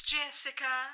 Jessica